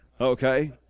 okay